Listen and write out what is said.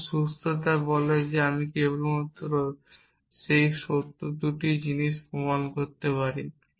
এবং সুস্থতা বলে যে আমি কেবলমাত্র সেই সত্য 2টি জিনিস প্রমাণ করতে পারি